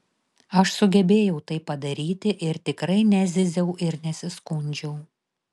aš sugebėjau tai padaryti ir tikrai nezyziau ir nesiskundžiau